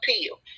appeal